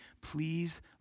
Please